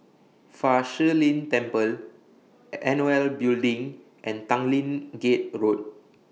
Fa Shi Lin Temple N O L Building and Tanglin Gate Road